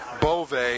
Bove